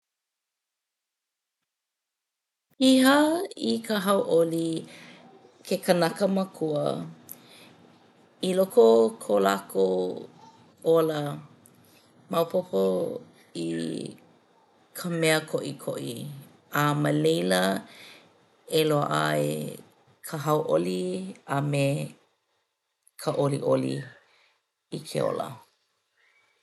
Piha i ka hauʻoli ke kanakamākua. I loko o ko lākou ola maopopo i ka mea koʻikoʻi a ma laila e loaʻa ai ka hauʻoli a me ka ʻoliʻoli i ke ola.